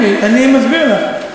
תקשיבי, אני מסביר לך.